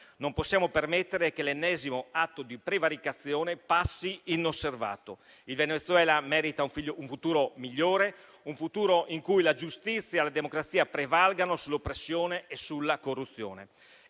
Non possiamo permettere che l'ennesimo atto di prevaricazione passi inosservato. Il Venezuela merita un futuro migliore, un futuro in cui la giustizia e la democrazia prevalgano sull'oppressione e sulla corruzione.